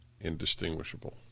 Indistinguishable